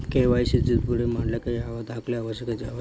KYC ತಿದ್ದುಪಡಿ ಮಾಡ್ಲಿಕ್ಕೆ ಯಾವ ದಾಖಲೆ ಅವಶ್ಯಕ?